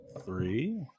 three